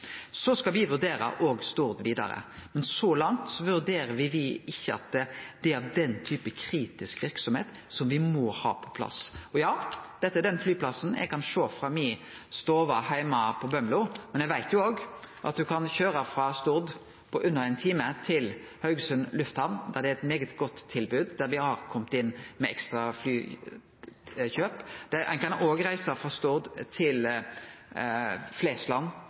vurdere òg Stord vidare, men så langt vurderer me ikkje at det er av den type kritisk verksemd som me må ha på plass. Og ja, dette er den flyplassen eg kan sjå frå stova mi heime på Bømlo, men eg veit jo òg at ein kan køyre frå Stord til Haugesund lufthamn på under ein time, der det er eit svært godt tilbod, og der me har gått inn med ekstra flykjøp. Ein kan òg reise frå Stord til